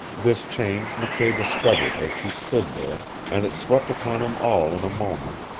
this change mckay discovered as she stood there, and it swept upon him all in a moment,